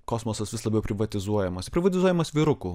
kosmosas vis labiau privatizuojamas privatizuojamas vyrukų